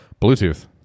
bluetooth